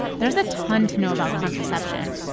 there's a ton to know about contraception,